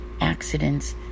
accidents